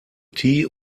tea